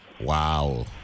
Wow